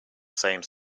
same